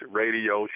radio